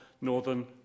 Northern